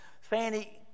Fanny